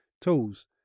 tools